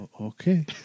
Okay